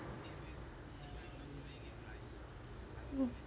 mm